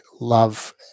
love